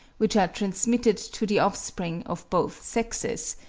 which are transmitted to the offspring of both sexes,